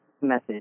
message